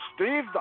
Steve